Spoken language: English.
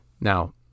Now